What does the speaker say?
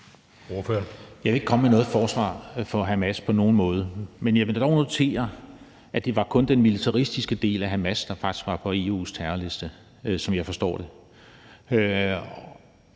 Jeg vil ikke komme med noget forsvar for Hamas på nogen måde. Men jeg vil dog notere, at det faktisk kun var den militaristiske del af Hamas, der var på EU's terrorliste, som jeg forstår det.